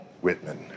Whitman